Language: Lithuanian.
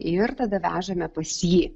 ir tada vežame pas jį